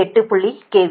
2 KV